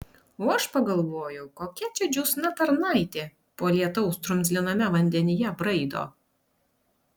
o aš pagalvojau kokia čia džiūsna tarnaitė po lietaus drumzliname vandenyje braido